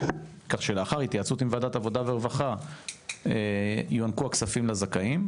כך שלאחר התייעצות עם וועדת עבודה ורווחה יוענקו הכספים לזכאים,